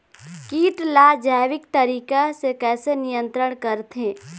कीट ला जैविक तरीका से कैसे नियंत्रण करथे?